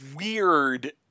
weird